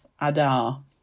Adar